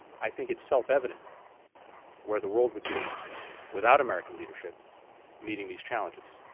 i think it's self-evident where the world would be without american leadership meeting these challenges.